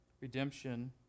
redemption